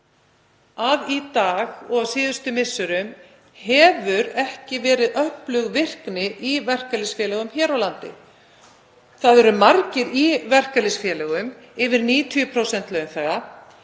að í dag og á síðustu misserum hefur ekki verið öflug virkni í verkalýðsfélögum hér á landi. Það eru margir í verkalýðsfélögum, yfir 90% launþega,